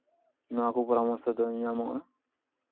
ᱱᱚᱣᱟ ᱠᱚ ᱯᱚᱨᱟᱢᱚᱨᱥᱚ ᱫᱚ ᱧᱟᱢᱚᱜᱼᱟ